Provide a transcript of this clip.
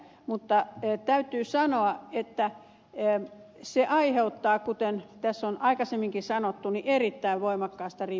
mutta täytyy sanoa että se ai heuttaa kuten tässä on aikaisemminkin sanottu erittäin voimakasta riippuvuutta